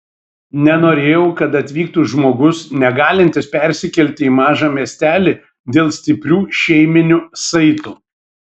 nenorėjau kad atvyktų žmogus negalintis persikelti į mažą miestelį dėl stiprių šeiminių saitų